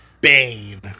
Bane